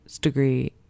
degree